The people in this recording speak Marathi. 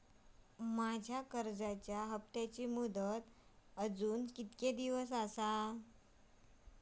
माझ्या कर्जाचा हप्ताची मुदत अजून किती दिवस असा?